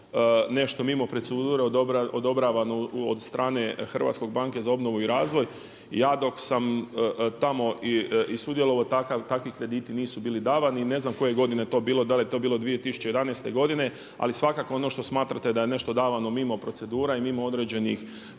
nešto mimo procedure odobravanu od strane HBOR-a. Ja dok sam tamo i sudjelovao, takvi krediti nisu bili davani i ne znam koje godine je to bilo, da li je to bilo 2011. godine ali svakako ono što smatrate da je nešto davano mimo procedura i mimo određenih